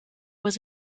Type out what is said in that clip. was